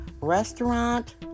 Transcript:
restaurant